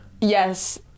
yes